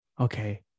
Okay